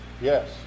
Yes